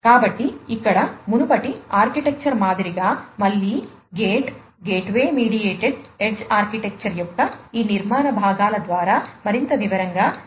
కాబట్టి ఇక్కడ మునుపటి ఆర్కిటెక్చర్ మాదిరిగా మళ్ళీ gate gateway mediated edge architecture యొక్క ఈ నిర్మాణ భాగాల ద్వారా మరింత వివరంగా చూద్దాం